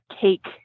cake